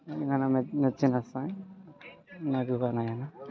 ನನಗಾನ ಮೆಚ್ಷು ಮೆಚ್ಚಿನ ಸಾಂಗ್ ನಗುವ ನಯನ